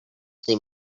say